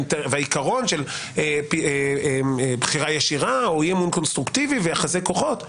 והעיקרון של בחירה ישירה או אי-אמון קונסטרוקטיבי ויחסי כוחות,